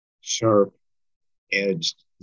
sharp-edged